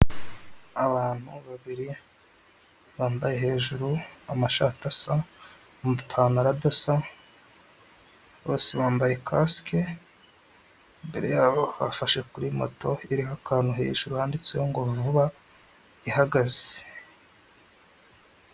Mu muhanda harimo imodoka isize irangi ry'ubururu, imbere harimo haraturukayo ipikipiki ihetse umuntu, hirya gatoya hahagaze umuntu, ku muhanda hari ibiti binini cyane.